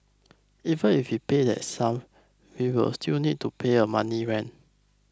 even if we pay that sum we will still need to pay a monthly rent